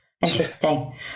Interesting